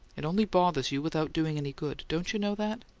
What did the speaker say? it only bothers you without doing any good. don't you know that?